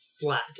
flat